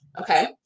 Okay